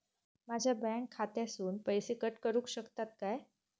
माझ्या बँक खात्यासून पैसे कट करुक शकतात काय?